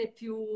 più